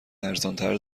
ارزانتر